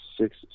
six